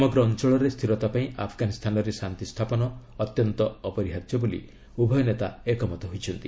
ସମଗ୍ର ଅଞ୍ଚଳରେ ସ୍ଥିରତା ପାଇଁ ଆଫଗାନିସ୍ତାନରେ ଶାନ୍ତି ସ୍ଥାପନ ଅତ୍ୟନ୍ତ ଅପରିହାର୍ଯ୍ୟ ବୋଲି ଉଭୟ ନେତା ଏକମତ ହୋଇଛନ୍ତି